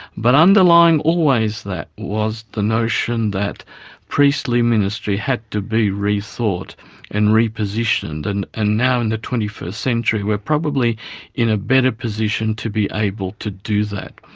but underlying always that, was the notion that priestly ministry had to be rethought and repositioned. and and now in the twenty first century we're probably in a better position to be able to do that.